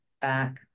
back